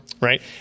right